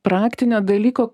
praktinio dalyko